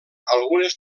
algunes